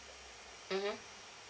mmhmm